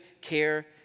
care